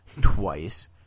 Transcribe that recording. twice